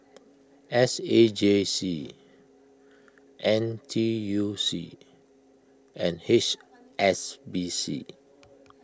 S A J C N T U C and H S B C